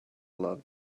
love